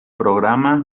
programa